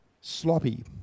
sloppy